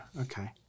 okay